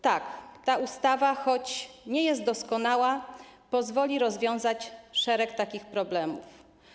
Tak, ta ustawa, choć nie jest doskonała, pozwoli rozwiązać szereg takich problemów.